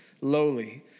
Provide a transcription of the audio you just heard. Lowly